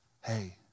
Hey